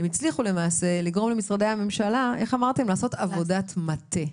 הם הצליחו למעשה לגרום למשרדי הממשלה לעשות עבודת מטה.